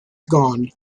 gone